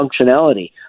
functionality